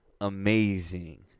amazing